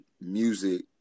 music